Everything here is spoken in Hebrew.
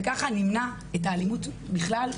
וככה נמנע את האלימות בכלל,